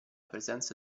presenza